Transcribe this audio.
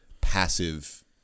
passive